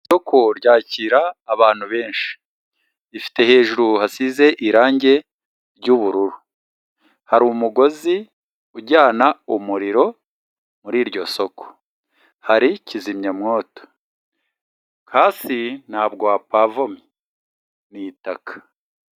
Isoko ryakira abantu benshi. Rifite hejuru hasize irangi ry'ubururu. Hari umugozi ujyana umuriro muri iryo soko. Hari kizimya mwoto. Hasi ntabwo hapavomye, ni itaka.